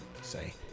say